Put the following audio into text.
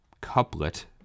couplet